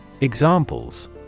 Examples